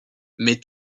mais